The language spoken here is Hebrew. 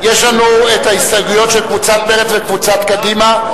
יש לנו ההסתייגויות של קבוצת מרצ וקבוצת קדימה,